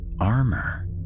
armor